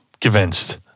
convinced